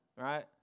right